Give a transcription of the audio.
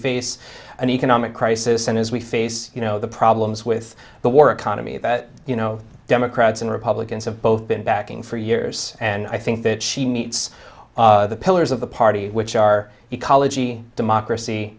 face an economic crisis and as we face you know the problems with the war economy that you know democrats and republicans have both been backing for years and i think that she meets all the pillars of the party which are ecology democracy